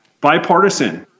bipartisan-